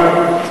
אבל לא התייחסת.